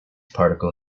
particle